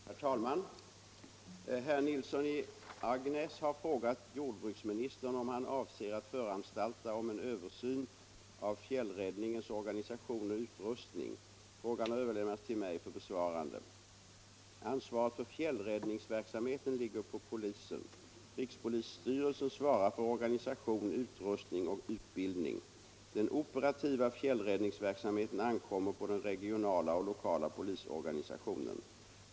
Herr talman! Herr Nilsson i Agnäs har frågat jordbruksministern om han avser att föranstalta om en översyn av fjällräddningens organisation och utrustning. Frågan har överlämnats till mig för besvarande. Ansvaret för fjällräddningsverksamheten ligger på polisen. Rikspolisstyrelsen svarar för organisation, utrustning och utbildning. Den operativa fjällräddningsverksamheten ankommer på den regionala och lokala polisorganisationen.